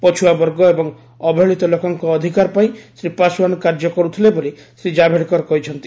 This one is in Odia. ପଛୁଆବର୍ଗ ଏବଂ ଅବହେଳିତ ଲୋକଙ୍କ ଅଧିକାର ପାଇଁ ଶ୍ରୀ ପାଶ୍ୱାନ କାର୍ଯ୍ୟ କରୁଥିଲେ ବୋଲି ଶ୍ରୀ ଜାବଡେକର କହିଛନ୍ତି